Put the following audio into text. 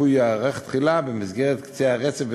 המיפוי ייערך תחילה במסגרות קצה הרצף,